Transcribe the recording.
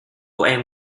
của